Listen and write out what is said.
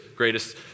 Greatest